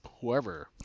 whoever